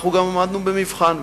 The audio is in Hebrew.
אנחנו גם עמדנו במבחן.